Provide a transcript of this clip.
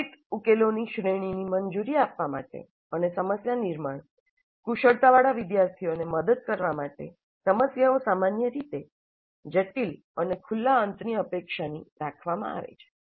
સંભવિત ઉકેલોની શ્રેણીને મંજૂરી આપવા માટે અને સમસ્યા નિર્માણ કુશળતાવાળા વિદ્યાર્થીઓને મદદ કરવા માટે સમસ્યાઓ સામાન્ય રીતે જટિલ અને ખુલ્લા અંતની અપેક્ષાની રાખવામાં આવે છે